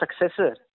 successor